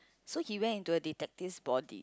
so he went into a detective's body